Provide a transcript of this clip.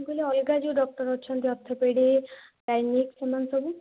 ମୁଁ କହିଲି ଅଲଗା ଯେଉଁ ଡକ୍ଟର ଅଛନ୍ତି ଅର୍ଥୋପେଡ଼ିକ ଗାୟନିକ୍ ସେମାନେ ସବୁ